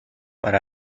but